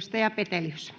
[Speech